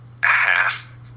half